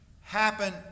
happen